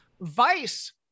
Vice